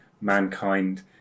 mankind